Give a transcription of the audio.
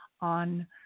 on